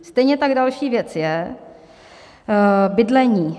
Stejně tak další věc je bydlení.